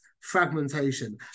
fragmentation